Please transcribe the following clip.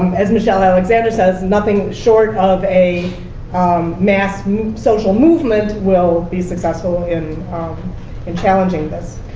as michelle alexander says, nothing short of a mass social movement will be successful in um in challenging this.